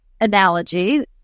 analogy